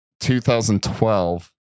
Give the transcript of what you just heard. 2012